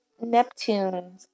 Neptune